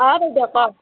অঁ বাইদেউ কওক